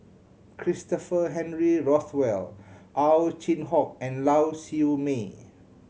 Christopher Henry Rothwell Ow Chin Hock and Lau Siew Mei